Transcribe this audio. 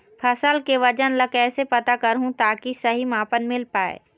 फसल के वजन ला कैसे पता करहूं ताकि सही मापन मील पाए?